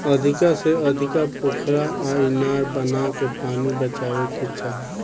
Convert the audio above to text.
अधिका से अधिका पोखरा आ इनार बनाके पानी बचावे के चाही